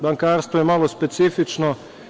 Bankarstvo je malo specifično.